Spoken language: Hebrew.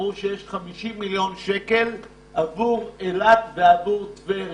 אמרו שיש 50 מיליון שקלים עבור אילת וטבריה.